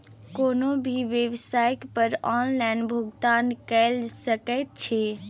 कोनो भी बेवसाइट पर ऑनलाइन भुगतान कए सकैत छी